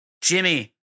Jimmy